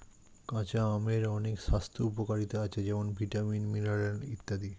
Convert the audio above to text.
কাঁচা আমের অনেক স্বাস্থ্য উপকারিতা আছে যেমন ভিটামিন, মিনারেল ইত্যাদি